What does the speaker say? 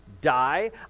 die